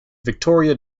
victoria